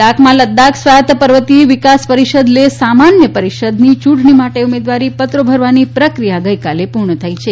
લદાખ યુંટણી લદાખમાં લદાખ સ્વાયત પર્વતીય વિકાસ પરીષદ લેહ સામાન્ય પરીષદની ચુંટણી માટે ઉમેદવારી પત્રો ભરવાની પ્રક્રિયા ગઇકાલે પૂર્ણ થઇ છે